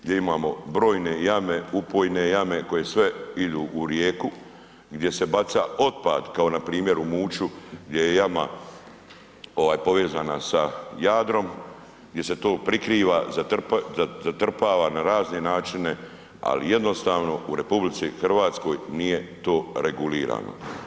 Gdje imamo brojne upojne jame koje sve idu u rijeku i gdje se baca otpad, kao npr. u Muču, gdje je jama povezana sa Jadrom, gdje se to prikriva, ali jednostavno na razne načine, ali jednostavno u RH nije to regulirano.